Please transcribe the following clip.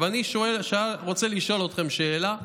אבל אני רוצה לשאול אתכם שאלה.